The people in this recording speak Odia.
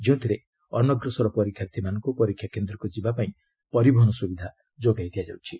ଯେଉଁଥିରେ ଅନଗ୍ରସର ପରୀକ୍ଷାର୍ଥୀମାନଙ୍କୁ ପରୀକ୍ଷା କେନ୍ଦ୍ରକୁ ଯିବାପାଇଁ ପରିବହନ ସୁବିଧା ଯୋଗାଇ ଦିଆଯାଉଛି